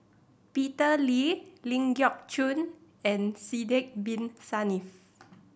Peter Lee Ling Geok Choon and Sidek Bin Saniff